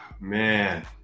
man